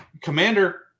Commander